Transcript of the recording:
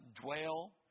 dwell